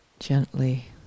Gently